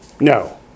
No